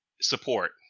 support